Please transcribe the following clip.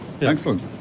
excellent